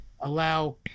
allow